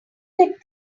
get